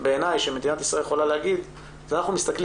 בעיני שמדינת ישראל יכולה לעשות זה להסתכל